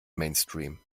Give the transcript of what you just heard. mainstream